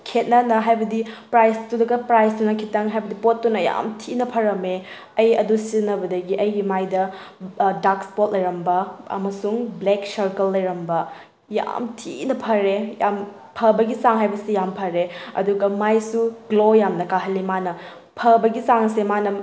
ꯈꯦꯅꯅ ꯍꯥꯏꯕꯗꯤ ꯄ꯭ꯔꯥꯏꯁꯇꯨꯒ ꯄ꯭ꯔꯥꯏꯁꯇꯨꯅ ꯈꯤꯇꯪ ꯍꯥꯏꯕꯗꯤ ꯄꯣꯠꯇꯨꯅ ꯌꯥꯝ ꯊꯤꯅ ꯐꯔꯝꯃꯦ ꯑꯩ ꯑꯗꯨ ꯁꯤꯖꯤꯟꯅꯕꯗꯒꯤ ꯑꯩꯒꯤ ꯃꯥꯏꯗ ꯗꯥꯔꯛ ꯏꯁꯄꯣꯠ ꯂꯩꯔꯝꯕ ꯑꯃꯁꯨꯡ ꯕ꯭ꯂꯦꯛ ꯁꯔꯀꯜ ꯂꯩꯔꯝꯕ ꯌꯥꯝ ꯊꯤꯅ ꯐꯔꯦ ꯌꯥꯝ ꯐꯕꯒꯤ ꯆꯥꯡ ꯍꯥꯏꯕꯁꯤ ꯌꯥꯝꯅ ꯐꯔꯦ ꯑꯗꯨꯒ ꯃꯥꯏꯁꯨ ꯒ꯭ꯂꯣ ꯌꯥꯝꯅ ꯀꯥꯍꯜꯂꯤ ꯃꯥꯅ ꯐꯕꯒꯤ ꯆꯥꯡꯁꯦ ꯃꯥꯅ